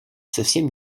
совсем